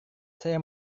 saya